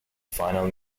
final